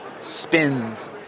spins